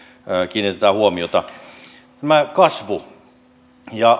kiinnitetään huomiota tämä kasvu ja